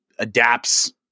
adapts